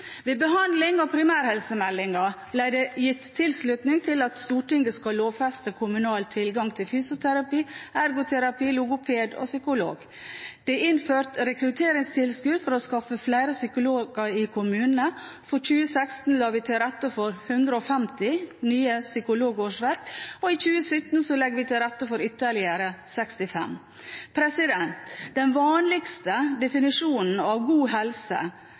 Ved behandling av primærhelsemeldingen ble det gitt tilslutning til at Stortinget skal lovfeste kommunal tilgang til fysioterapi, ergoterapi, logoped og psykolog. Det er innført rekrutteringstilskudd for å skaffe flere psykologer i kommunene. For 2016 la vi til rette for 150 nye psykologårsverk. I 2017 legger vi til rette for ytterligere 65. Den vanligste definisjonen av god helse